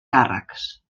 càrrecs